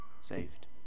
saved